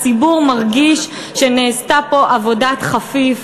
הציבור מרגיש שנעשתה פה עבודת "חפיף".